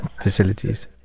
facilities